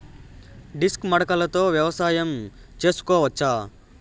Disc మడకలతో వ్యవసాయం చేసుకోవచ్చా??